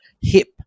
hip